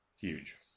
Huge